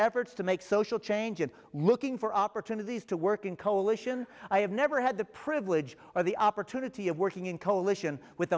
efforts to make social change and looking for opportunities to work in coalition i have never had the privilege or the opportunity of working in coalition with